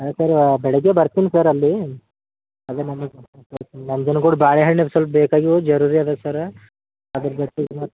ಆಯ್ತು ಸರ್ ಬೆಳಿಗ್ಗೆ ಬರ್ತೀನಿ ಸರ್ ಅಲ್ಲೀ ನಂಜನ್ಗೂಡು ಬಾಳೆ ಹಣ್ಣು ಸ್ವಲ್ಪ ಬೇಕಾಗಿವೆ ಜರೂರಿ ಅದೆ ಸರ್ ಅದ್ರ